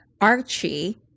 Archie